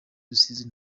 rusizi